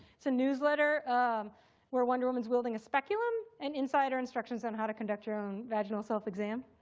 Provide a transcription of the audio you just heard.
it's a newsletter um where wonder woman is wielding a speculum, and inside are instructions on how to conduct your own vaginal self-exam.